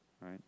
right